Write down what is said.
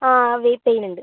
ആ വേ പെയിൻ ഉണ്ട്